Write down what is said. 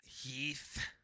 Heath